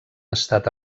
estat